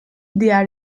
diğer